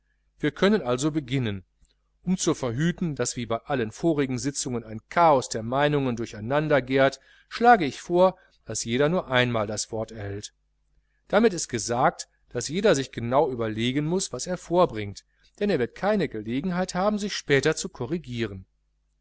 wir können also beginnen um zu verhüten daß wie bei allen vorigen sitzungen ein chaos der meinungen durcheinander gährt schlage ich vor daß jeder nur einmal das wort erhält damit ist gesagt daß jeder sich genau überlegen muß was er vorbringt denn er wird keine gelegenheit haben sich später zu korrigieren